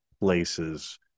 places